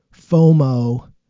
FOMO